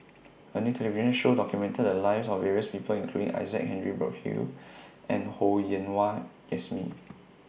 A New television Show documented The Lives of various People including Isaac Henry Burkill and Ho Yen Wah Jesmine